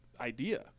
Idea